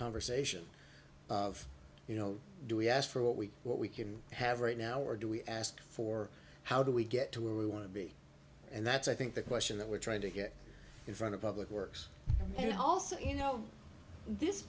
conversation of you know do we ask for what we what we can have right now or do we ask for how do we get to where we want to be and that's i think the question that we're trying to get in front of public works and also you know this